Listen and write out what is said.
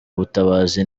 ubutabazi